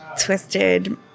twisted